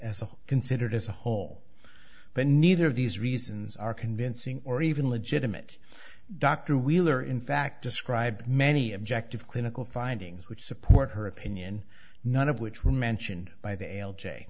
whole considered as a whole but neither of these reasons are convincing or even legitimate dr wheeler in fact described many objective clinical findings which support her opinion none of which were mentioned by the l j